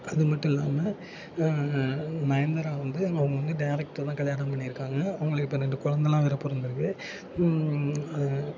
அது மட்டும் இல்லாமல் நயன்தாரா வந்து அவங்க வந்து டேரக்டர் தான் கல்யாணம் பண்ணியிருக்காங்க அவங்களுக்கு இப்போ ரெண்டு குலந்தலாம் வேற பிறந்துருக்கு